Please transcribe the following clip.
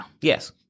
Yes